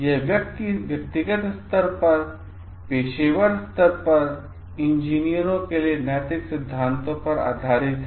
यह व्यक्तिगत स्तर पर पेशेवर स्तर पर इंजीनियरों के लिए नैतिक सिद्धांतों पर आधारित है